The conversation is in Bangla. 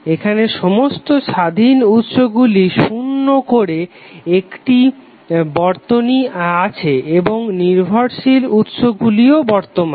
এখানে সমস্ত স্বাধীন উৎসগুলি শুন্য করে একটি বর্তনী আছে এবং নির্ভরশীল উতসগুলিও বর্তমান